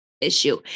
issue